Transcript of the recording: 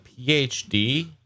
PhD